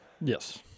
Yes